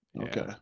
Okay